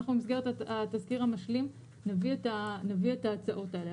אנחנו במסגרת התזכיר המשלים נביא את ההצעות האלה.